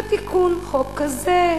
בתיקון חוק כזה,